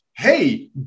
Hey